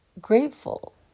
grateful